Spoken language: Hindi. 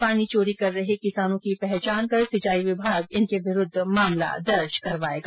पानी चोरी कर रहे किसानों की पहचान कर सिंचाई विभाग इनके विरुद्ध मामला दर्ज करवायेगा